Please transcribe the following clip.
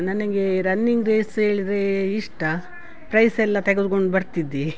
ನನಗೆ running race ಹೇಳಿದರೆ ಇಷ್ಟ ಪ್ರೈಸೆಲ್ಲ ತೆಗೆದುಕೊಂಡು ಬರ್ತಿದ್ವಿ